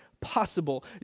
possible